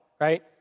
right